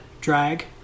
drag